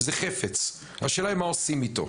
זה חפץ והשאלה היא מה עושים איתו.